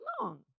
long